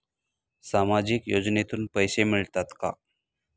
सामाजिक योजनेतून पैसे मिळतात का?